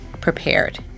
prepared